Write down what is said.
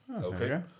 Okay